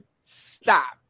Stop